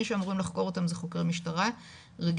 מי שאמורים לחקור אותם זה חוקרי משטרה רגילים,